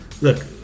look